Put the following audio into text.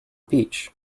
beech